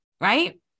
right